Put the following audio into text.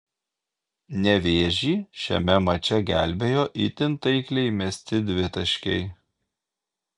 nevėžį šiame mače gelbėjo itin taikliai mesti dvitaškiai